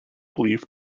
belief